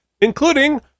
including